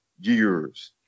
years